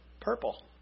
purple